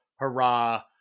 hurrah